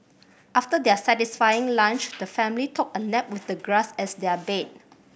after their satisfying lunch the family took a nap with the grass as their bed